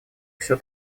все